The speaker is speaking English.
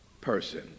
person